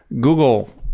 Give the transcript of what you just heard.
Google